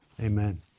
Amen